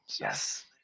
Yes